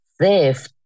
safe